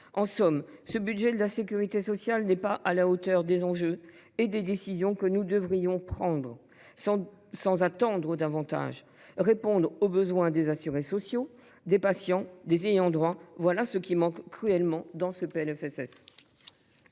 En somme, ce budget de la sécurité sociale n’est pas à la hauteur des enjeux et des décisions que nous devrions prendre sans attendre davantage. Répondre aux besoins des assurés sociaux, des patients et des ayants droit, voilà ce qui manque cruellement dans ce PLFSS